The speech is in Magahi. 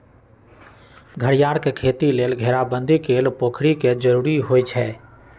घरियार के खेती लेल घेराबंदी कएल पोखरि के जरूरी होइ छै